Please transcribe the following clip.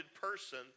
person